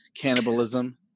cannibalism